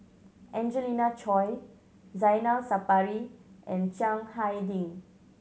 Angelina Choy Zainal Sapari and Chiang Hai Ding